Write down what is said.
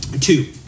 two